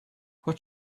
what